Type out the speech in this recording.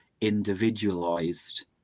individualized